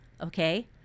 okay